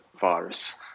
virus